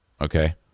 Okay